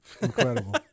Incredible